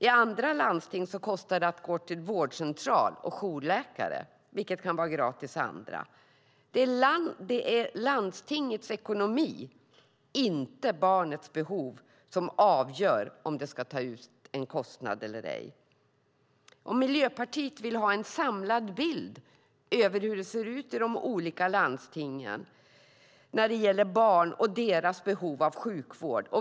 I en del landsting kostar det att gå till vårdcentral och jourläkare, vilket kan vara gratis i andra. Det är landstingets ekonomi, inte barnets behov, som avgör om det ska tas ut en avgift eller ej. Miljöpartiet vill ha en samlad bild över hur det ser ut i de olika landstingen när det gäller barn och deras behov av sjukvård.